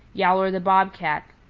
yowler the bob cat.